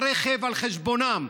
הרכב על חשבונם,